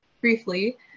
briefly